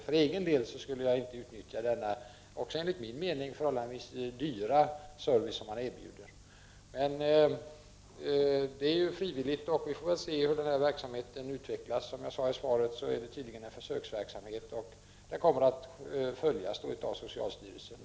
För egen del skulle jag inte utnyttja denna, även enligt min mening, dyra service som erbjuds. Men det är frivilligt att vända sig till denna service, och vi får se hur den utvecklas. Som jag sade i svaret är detta en försöksverksamhet som kommer att följas av socialstyrelsen.